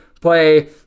play